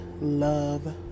love